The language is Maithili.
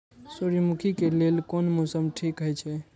सूर्यमुखी के लेल कोन मौसम ठीक हे छे?